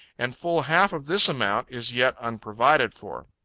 and full half of this amount is yet unprovided for.